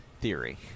theory